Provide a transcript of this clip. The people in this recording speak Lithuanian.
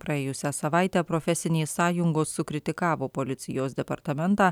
praėjusią savaitę profesinės sąjungos sukritikavo policijos departamentą